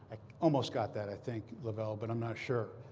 almost got that, i think, lavelle. but i'm not sure.